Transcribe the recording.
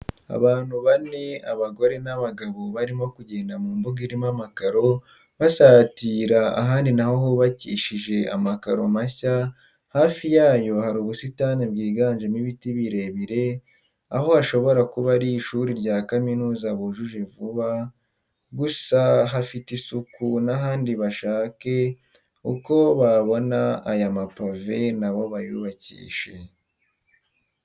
Abantu bane abagore ni abagabo barimo kugenda mu mbuga irimo amakaro, basatira ahandi na ho hubakishije amakaro mashya, hafi yayo hari ubusitani bwiza bwiganjemo ibiti birebire, aha hashobora kuba ari ishuri rya kaminuza bujuje vuba, gusa hafite isuku, n'abandi bashake ukobabona aya mapave na bo bayubakishe.